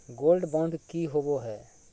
Gold bond की होबो है?